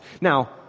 Now